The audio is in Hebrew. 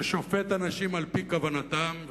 ששופט אנשים על-פי כוונתם,